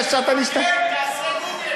אתה השארת לי, תעשה גוגל.